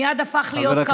מייד הפך להיות קמפיין.